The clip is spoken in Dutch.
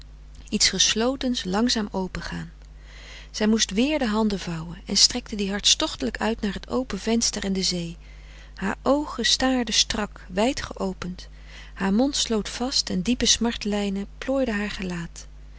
iets geslotens langzaam opengaan ze moest wéér de handen vouwen en strekte die hartstochtelijk uit naar het open venster en de zee haar oogen staarden strak wijdgeopend haar mond sloot vast en diepe smartlijnen plooiden haar gelaat